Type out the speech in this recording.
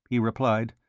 he replied.